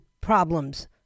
problems